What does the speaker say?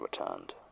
returned